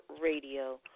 Radio